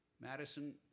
Madison